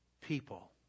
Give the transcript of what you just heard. people